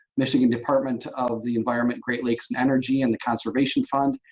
michigan department of the environment, great lakes, and energy and the conservation fund,